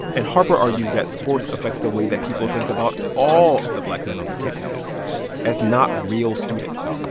and harper argues that sports affects the way that people think about all of the black men on their campuses as not real students